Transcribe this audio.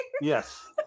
Yes